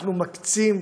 אנחנו מקצים,